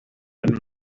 and